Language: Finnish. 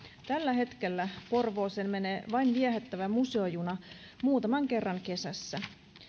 tällä hetkellä porvooseen menee vain viehättävä museojuna muutaman kerran kesässä